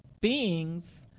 beings